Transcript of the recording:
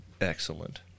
Excellent